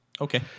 Okay